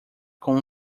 com